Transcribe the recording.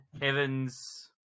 Heaven's